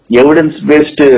evidence-based